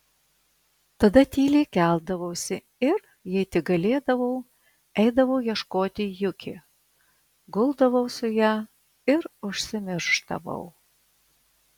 tada tyliai keldavausi ir jei tik galėdavau eidavau ieškoti juki guldavau su ja ir užsimiršdavau